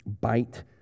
bite